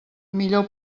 millor